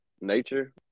nature